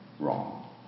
wrong